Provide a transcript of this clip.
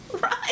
Right